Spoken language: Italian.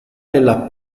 nella